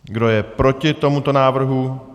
Kdo je proti tomuto návrhu?